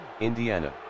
Indiana